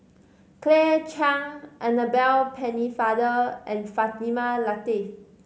Claire Chiang Annabel Pennefather and Fatimah Lateef